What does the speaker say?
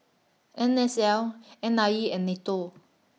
N S L N I E and NATO